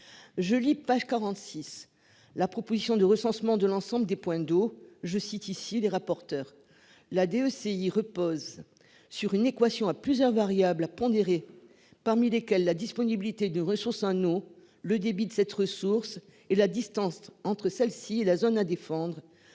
Je lis page 46. La proposition de recensement de l'ensemble des points d'eau je cite ici les rapporteurs la DEC, il repose sur une équation à plusieurs variables à pondérer parmi lesquels la disponibilité de ressources en eau, le débit de cette ressource et la distance entre celle-ci et la zone à défendre